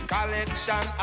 Collection